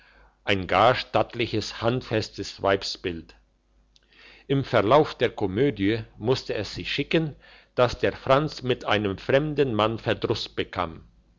ein gar stattliches handfestes weibsbild im verlauf der komödie musste es sich schicken dass der franz mit einem fremden mann verdruss bekam